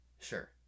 Sure